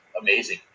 amazing